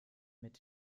mit